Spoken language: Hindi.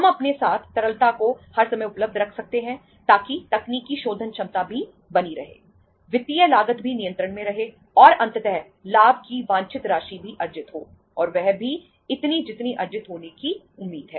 हम अपने साथ तरलता को हर समय उपलब्ध रख सकते हैं ताकि तकनीकी शोधन क्षमता भी बनी रहे वित्तीय लागत भी नियंत्रण में रहे और अंततः लाभ की वांछित राशि भी अर्जित हो और वह भी इतनी जितनी अर्जित होने की उम्मीद है